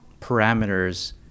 parameters